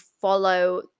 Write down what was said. follow